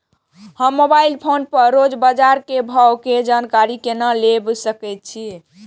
हम mobile phone पर रोज बाजार के भाव के जानकारी केना ले सकलिये?